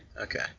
Okay